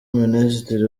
minisitiri